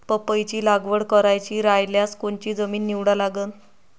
पपईची लागवड करायची रायल्यास कोनची जमीन निवडा लागन?